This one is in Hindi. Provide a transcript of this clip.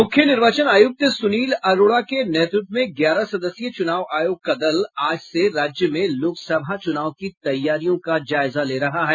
मुख्य निर्वाचन आयुक्त सुनील अरोड़ा के नेतृत्व में ग्यारह सदस्यीय चुनाव आयोग का दल आज से राज्य में लोकसभा चुनाव की तैयारियों का जायजा ले रहा है